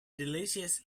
delicious